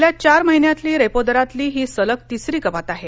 गेल्या चार महिन्यातली रेपो दरातली ही सलग तिसरी कपात आहे